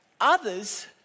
Others